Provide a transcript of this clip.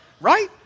right